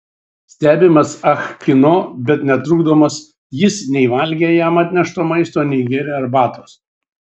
stebimas ah kino bet netrukdomas jis nei valgė jam atnešto maisto nei gėrė arbatos